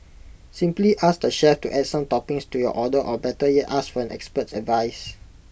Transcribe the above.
simply ask the chef to add some toppings to your order or better yet ask for an expert's advice